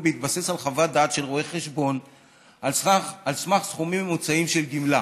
בהתבסס על חוות דעת של רואה חשבון על סמך סכומים ממוצעים של גמלה.